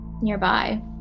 Nearby